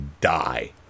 die